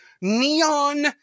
neon